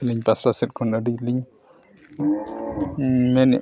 ᱟᱹᱞᱤᱧ ᱯᱟᱥᱴᱟ ᱥᱮᱫ ᱠᱷᱚᱱ ᱟᱹᱰᱤ ᱞᱤᱧ ᱢᱮᱱᱮᱫ ᱢᱮᱱᱮᱫᱼᱟ